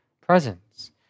presence